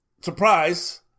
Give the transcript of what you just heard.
surprise